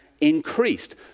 increased